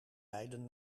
leiden